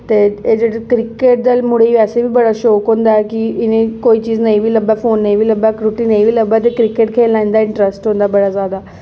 ते एह् जेह्ड़े क्रिकेट खेलदे मुड़े ऐसा बी बड़ा शौक होंदा ऐ कि इ'नेंगी कोई चीज नेईं बी लब्भै फोन नेईं बी लब्भै रुट्टी नेईं बी लब्भै ते क्रिकेट खेलना इं'दा इनट्रेस्ट होंदा बड़ा ज्यादा